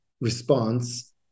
response